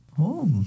Oh